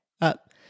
up